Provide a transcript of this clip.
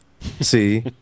see